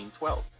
1912